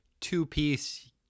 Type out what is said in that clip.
two-piece